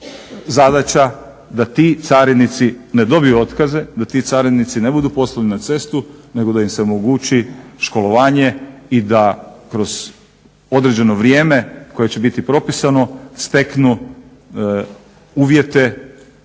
zadaća da ti carinici ne dobiju otkaze, da ti carinici ne budu poslani na cestu nego da im se omogući školovanje i da kroz određeno vrijeme koje će biti propisano steknu uvjete,